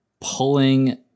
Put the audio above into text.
pulling